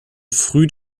früh